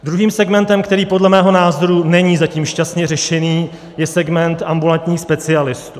Druhým segmentem, který podle mého názoru není zatím šťastně řešený, je segment ambulantních specialistů.